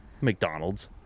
McDonald's